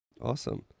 Awesome